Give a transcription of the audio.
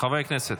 חברי הכנסת,